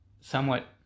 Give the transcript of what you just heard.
somewhat